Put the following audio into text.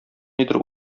нидер